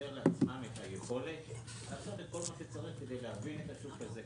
בלייצר לעצמם את היכולת לעשות כל מה שצריך כדי להבין את השוק הזה,